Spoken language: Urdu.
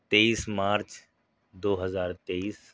تئیس مارچ دو ہزار تئیس